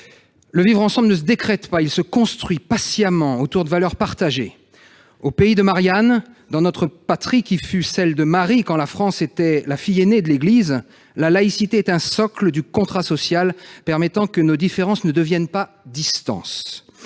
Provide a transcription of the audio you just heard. Le vivre ensemble ne se décrète pas ; il se construit patiemment, autour de valeurs partagées. Au pays de Marianne, dans notre patrie qui fut celle de Marie quand la France était la fille aînée de l'Église, la laïcité est un socle du contrat social, permettant que nos différences ne deviennent pas distances.